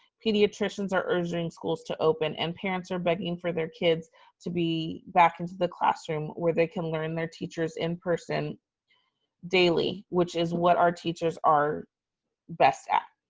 pediatricians are urging schools to open. and parents are begging for their kids to be back into the classroom where they can learn their teachers in person daily, which is what our teachers are best at.